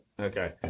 Okay